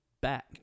back